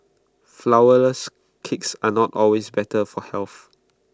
Flourless Cakes are not always better for health